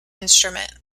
instrument